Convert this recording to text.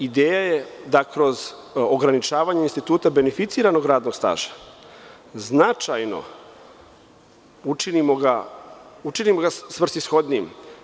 Ideja je da kroz ograničavanje instituta beneficiranog radnog staža značajno ga učinimo svrsishodnijim.